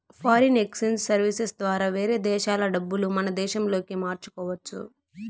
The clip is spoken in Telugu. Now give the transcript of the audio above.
ఫారిన్ ఎక్సేంజ్ సర్వీసెస్ ద్వారా వేరే దేశాల డబ్బులు మన దేశంలోకి మార్చుకోవచ్చు